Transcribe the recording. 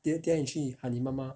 等一下等一下你去喊你妈妈